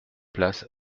place